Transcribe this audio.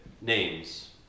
names